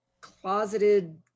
closeted